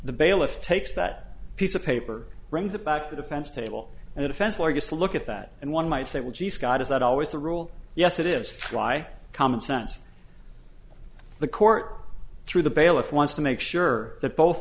the bailiff takes that piece of paper brings it back to the fence table and the defense lawyer gets a look at that and one might say well gee scott is that always the rule yes it is fly common sense the court through the bailiff wants to make sure that both